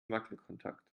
wackelkontakt